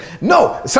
No